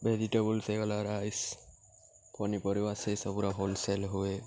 vegetables ହେଇଗଲା rice ପନିପରିବା ସେହିସବୁର ହୋଲ୍ ସେଲ୍ ହୁଏ